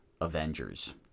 Avengers